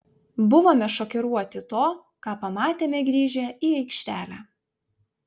buvome šokiruoti to ką pamatėme grįžę į aikštelę